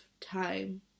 time